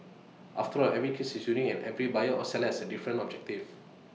after all every case is unique and every buyer or seller has A different objective